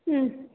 ம்